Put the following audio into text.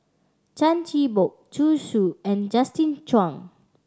Chan Chin Bock Zhu Xu and Justin Zhuang